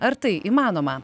ar tai įmanoma